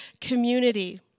community